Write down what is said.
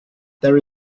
there